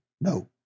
No